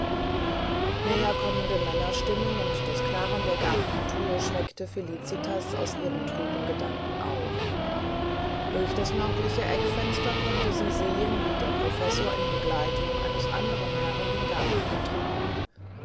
näher kommende männerstimmen und das knarren der gartenthür schreckte felicitas aus ihrem trüben grübeln auf durch das nördliche eckfenster konnte sie sehen wie der professor in begleitung eines anderen herrn den garten betrat